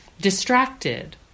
distracted